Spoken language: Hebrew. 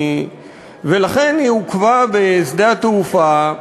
ולכן היא עוכבה בשדה התעופה,